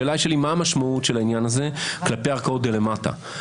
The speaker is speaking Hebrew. מה המשמעות של העניין הזה כלפי ערכאות למטה?